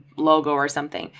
logo or something,